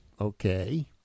Okay